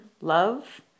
love